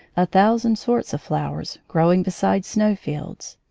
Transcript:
a thousand sorts of flowers, grow ing beside snow-fields.